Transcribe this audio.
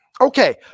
Okay